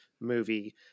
movie